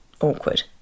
awkward